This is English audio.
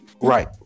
Right